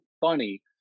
funny